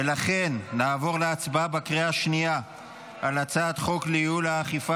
ולכן נעבור להצבעה בקריאה השנייה על הצעת חוק ייעול האכיפה